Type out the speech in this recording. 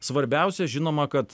svarbiausia žinoma kad